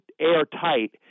airtight